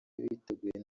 biteguye